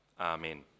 Amen